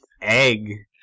egg